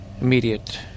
immediate